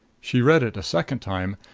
she read it a second time,